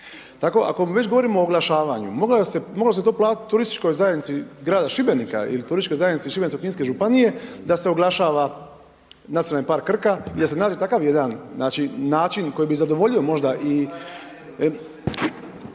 Tako ako već govorimo o oglašavanju moglo se to platiti turističkoj zajednici grada Šibenika ili Turističkoj zajednici Šibensko-kninske županije da se oglašava nacionalni park Krka i da se nađe takav jedan, znači način koji bi zadovoljio možda i